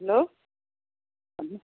hello भन्नु